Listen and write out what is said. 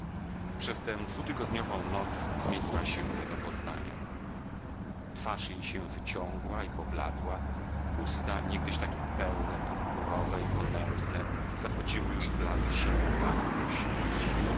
przez tę dwutygodniową noc zmieniła się nie do poznania twarz jej się wyciągła i pobladła usta niegdyś takie pełne purpurowe i ponętne zachodziły już blado siną barwą śmierci